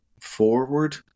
forward